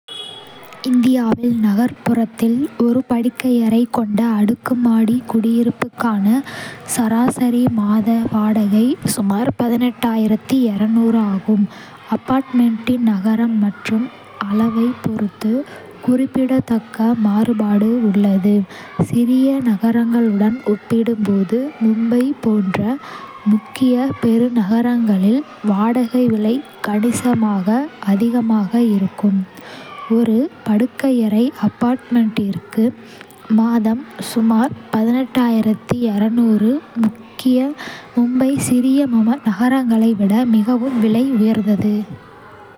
இந்தியாவில், நகர்ப்புறத்தில் படுக்கையறை கொண்ட அடுக்குமாடி குடியிருப்புக்கான சராசரி மாத வாடகை சுமார் ஆகும், அபார்ட்மெண்டின் நகரம் மற்றும் அளவைப் பொறுத்து குறிப்பிடத்தக்க மாறுபாடு உள்ளது. சிறிய நகரங்களுடன் ஒப்பிடும்போது மும்பை போன்ற முக்கிய பெருநகரங்களில் வாடகை விலை கணிசமாக அதிகமாக இருக்கும். படுக்கையறை அபார்ட்மெண்டிற்கு மாதம் சுமார். மும்பை சிறிய நகரங்களை விட மிகவும் விலை உயர்ந்தது.